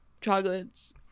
chocolates